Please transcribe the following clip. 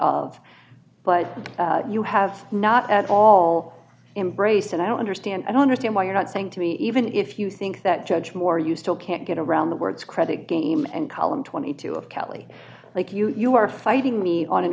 but you have not at all embraced and i don't understand i don't understand why you're not saying to me even if you think that judge moore you still can't get around the words credit game and column twenty two of cally like you you are fighting me on an